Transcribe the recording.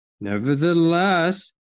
Nevertheless